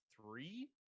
three